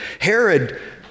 Herod